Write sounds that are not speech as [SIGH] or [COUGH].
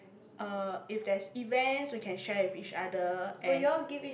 uh if there's events we can share with each other and [BREATH]